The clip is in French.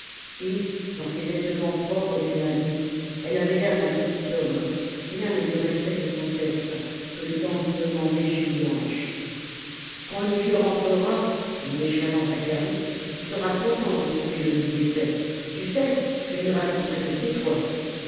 et dans ces vêtements propres du lundi elle avait l'air d'un petit homme rien ne lui restait de son sexe que le dandinement léger des hanches quand le vieux rentrera dit méchamment zacharie il sera content de trouver le lit défait tu sais je lui raconterai que c'est toi